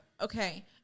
Okay